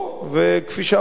וכפי שאמרתי,